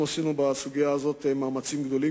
אנחנו עשינו בסוגיה הזאת מאמצים גדולים,